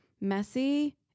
messy